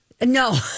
No